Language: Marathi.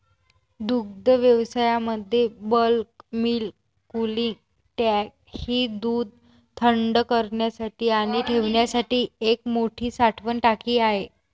दुग्धव्यवसायामध्ये बल्क मिल्क कूलिंग टँक ही दूध थंड करण्यासाठी आणि ठेवण्यासाठी एक मोठी साठवण टाकी आहे